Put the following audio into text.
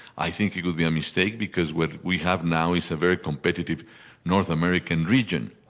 i think it would be a mistake because what we have now is a very competitive north american region.